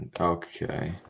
Okay